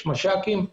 יש מש"קים.